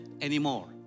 anymore